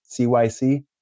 CYC